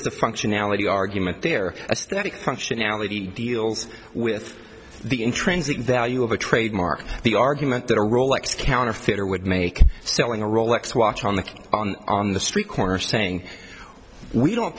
a functionality argument there a static functionality deals with the intrinsic value of a trademark the argument that a rolex counterfeiter would make selling a rolex watch on the on on the street corner saying we don't